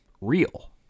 real